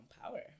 power